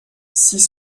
six